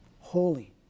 holy